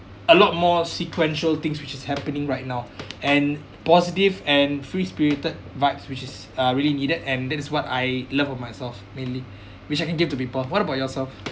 a lot more sequential things which is happening right now and positive and free spirited vibes which is uh really needed and that is what I love about myself mainly which I can give to people what about yourself